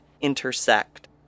intersect